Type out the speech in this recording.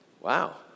Wow